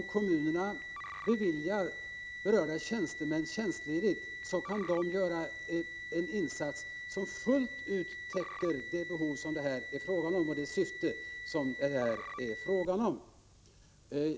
Om kommunerna beviljar berörda tjänstemän tjänstledighet, så kan de göra en insats som fullt ut täcker det behov som det här är fråga om och som svarar mot syftet.